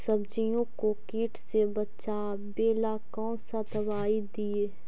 सब्जियों को किट से बचाबेला कौन सा दबाई दीए?